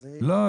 אז --- לא,